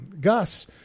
Gus